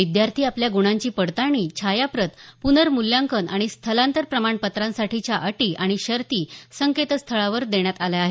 विद्यार्थी आपल्या ग्णांची पडताळणी छायाप्रत पुनर्मूल्यांकन आणि स्थलांतर प्रमाणपत्रांसाठीच्या अटी आणि शर्ती संकेतस्थळावर देण्यात आल्या आहेत